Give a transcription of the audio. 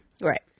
Right